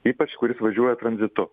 ypač kuris važiuoja tranzitu